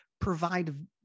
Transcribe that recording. provide